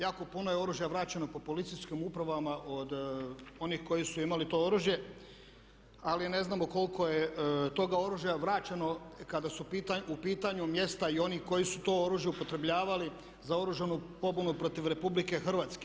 Jako puno je oružja vraćeno po policijskim upravama od onih koji su imali to oružje, ali ne znamo koliko je toga oružja vraćeno kada su u pitanju mjesta i oni koji su to oružje upotrebljavali za oružanu pobunu protiv RH.